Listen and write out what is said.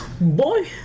Boy